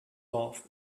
laughed